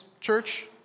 church